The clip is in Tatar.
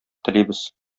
телибез